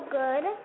good